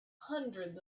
hundreds